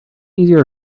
easier